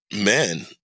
men